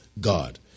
God